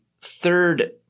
third